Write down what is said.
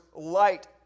light